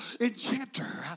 enchanter